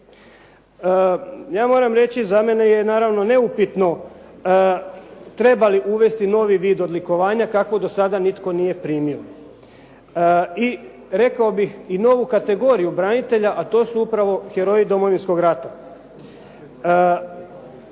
Ja moram reći, za mene je naravno neupitno treba li uvesti novi vid odlikovanja kako do sada nitko nije primio. I rekao bih i novu kategoriju branitelja a to su upravo heroji Domovinskog rata.